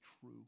true